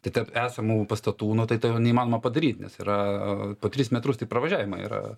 tai tarp esamų pastatų nu tai to neįmanoma padaryt nes yra po tris metrus tik pravažiavimai yra